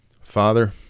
Father